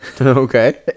Okay